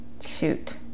Shoot